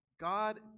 God